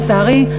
לצערי,